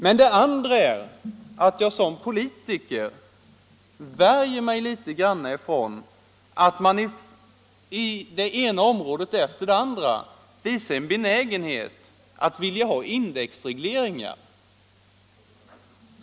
För det andra värjer jag mig som politiker mot att man visar en benägenhet att på det ena området efter det andra vilja ha indexreglering.